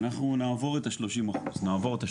אנחנו נעבור את ה-30 אחוזים.